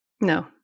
No